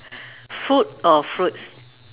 food or fruit